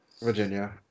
Virginia